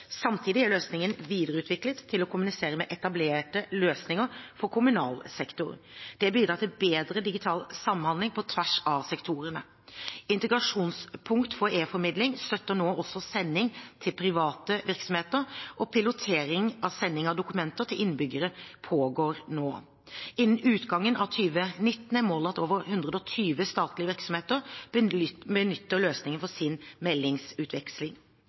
Samtidig er løsningen videreutviklet til å kommunisere med etablerte løsninger for kommunal sektor. Det bidrar til bedre digital samhandling på tvers av sektorene. Integrasjonspunkt for e-formidling støtter nå også sending til private virksomheter, og pilotering av sending av dokumenter til innbyggere pågår nå. Innen utgangen av 2019 er målet at over 120 statlige virksomheter benytter løsningen for sin meldingsutveksling.